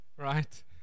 Right